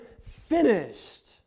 finished